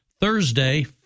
Thursday